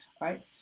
right